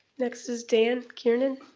next is dan kearnen.